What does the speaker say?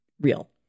real